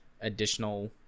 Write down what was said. additional